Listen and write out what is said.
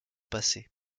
passer